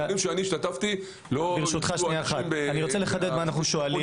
בדיונים בהם אני השתתפתי לא --- אני רוצה לחדד את השאלה שלנו.